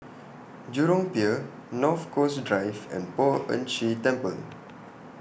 Jurong Pier North Coast Drive and Poh Ern Shih Temple